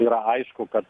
yra aišku kad